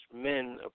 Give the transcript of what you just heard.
men